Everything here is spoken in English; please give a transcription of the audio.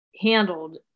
handled